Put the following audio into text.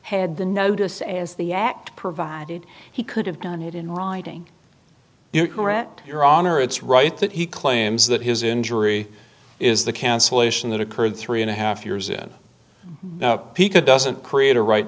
had the notice as the act provided he could have done it in writing you're correct your honor it's right that he claims that his injury is the cancellation that occurred three and a half years in now he could doesn't create a right